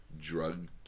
drug